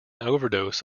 overdose